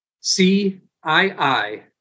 C-I-I